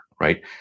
right